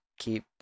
keep